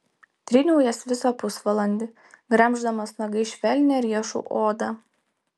tryniau jas visą pusvalandį gremždamas nagais švelnią riešų odą